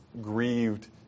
grieved